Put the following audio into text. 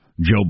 Joe